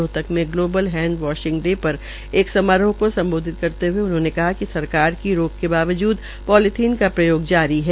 रोहतक में global hand वांशिग day पर एक समारोह को स्म्बोधित करते हुए उन्होंने कहा िक सरकार की रोक के बावजूद पोलीथीन का प्रयोग जारी है